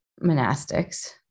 monastics